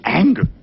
anger